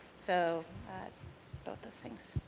so both those things.